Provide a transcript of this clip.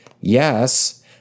Yes